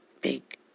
big